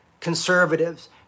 conservatives